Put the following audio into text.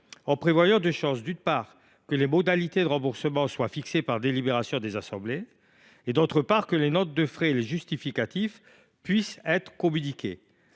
en prévoyant, d’une part, que les modalités de remboursement soient fixées par délibération des assemblées et, d’autre part, que les notes et les justificatifs de frais puissent être communiqués